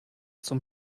zum